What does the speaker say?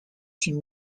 sin